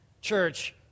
Church